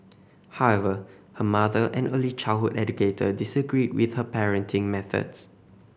however her mother an early childhood educator disagreed with her parenting methods